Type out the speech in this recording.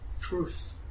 truth